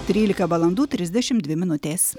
trylika valandų trisdešim dvi minutės